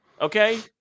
Okay